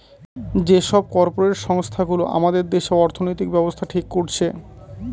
যে সব কর্পরেট সংস্থা গুলো আমাদের দেশে অর্থনৈতিক ব্যাবস্থা ঠিক করছে